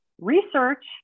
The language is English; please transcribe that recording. research-